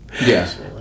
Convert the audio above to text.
Yes